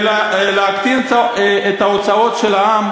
ולהקטין את ההוצאות של העם,